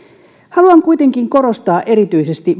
haluan kuitenkin korostaa erityisesti